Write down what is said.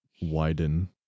Widen